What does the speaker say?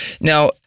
Now